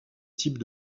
type